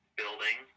building